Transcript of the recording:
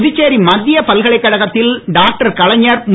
புதுச்சேரி மத்திய பல்கலைக் கழகத்தில் டாக்டர் கலைஞர் மு